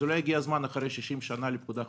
אז אולי הגיע הזמן אחרי 60 שנה לפקודה חדשה.